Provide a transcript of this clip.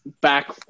back